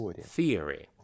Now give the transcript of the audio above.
theory